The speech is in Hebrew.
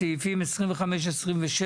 סעיפים 25-26,